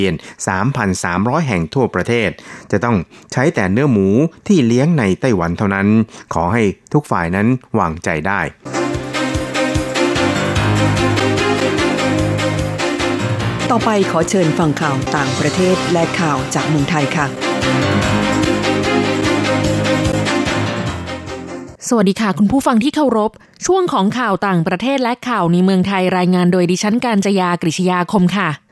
3,300 แห่งทั่วประเทศ จะต้องใช้แต่เนื้อหมูที่เลี้ยงในไต้หวันเท่านั้น ขอให้ทุกฝ่ายนั้นวางใจได้ต่อไปขอเชิญฟังข่าวต่างประเทศและข่าวจากเมืองไทยค่ะสวัสดีค่ะ คุณผู้ฟังที่เคารพ ช่วงของข่าวต่างประเทศและข่าวในเมืองไทย รายงานโดยดิฉันการจายากริชยาคมค่ะ